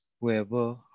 whoever